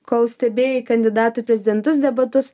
kol stebėjai kandidatų į prezidentus debatus